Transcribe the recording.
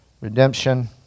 Redemption